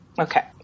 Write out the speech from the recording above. Okay